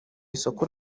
isoko